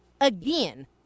Again